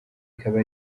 ikaba